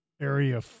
area